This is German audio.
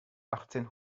achtzehn